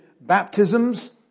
baptisms